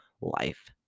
life